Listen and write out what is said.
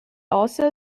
also